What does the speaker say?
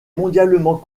mondialement